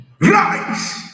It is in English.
rise